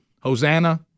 Hosanna